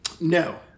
No